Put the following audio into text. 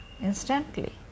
Instantly